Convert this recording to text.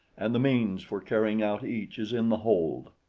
and the means for carrying out each is in the hold.